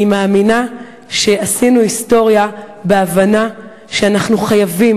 אני מאמינה שעשינו היסטוריה בהבנה שאנחנו חייבים